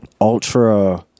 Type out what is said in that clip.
ultra